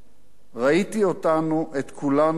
"ראיתי אותנו, את כולנו, במראה.